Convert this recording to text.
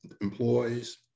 employees